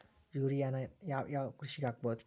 ಯೂರಿಯಾನ ಯಾವ್ ಯಾವ್ ಕೃಷಿಗ ಹಾಕ್ಬೋದ?